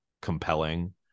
compelling